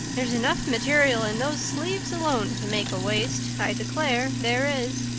there's enough material in those sleeves alone to make a waist, i declare there is.